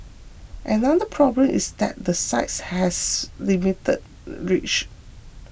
another problem is that the sites has limited reach